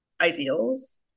ideals